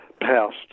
passed